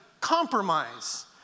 compromise